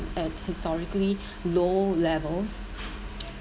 at historically low levels